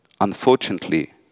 Unfortunately